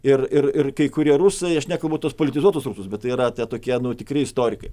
ir ir ir kai kurie rusai aš nekalbu tuos politizuotus rusus bet tai yra tokie tikri istorikai